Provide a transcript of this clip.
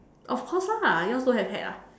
of course lah yours don't have hat ah